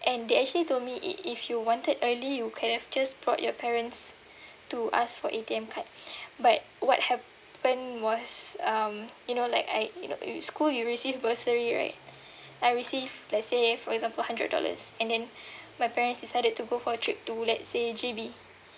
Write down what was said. and they actually told me i~ if you wanted early you could have just brought your parents to ask for A_T_M card but what happened was um you know like I you know school you receive bursary right I receive let's say for example hundred dollars and then my parents decided to go for a trip to let's say J_B